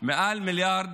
מעל מיליארד